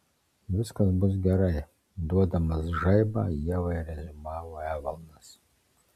viskas bus gerai duodamas žaibą ievai reziumavo evaldas